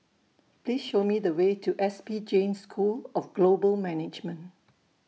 Please Show Me The Way to S P Jain School of Global Management